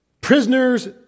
Prisoners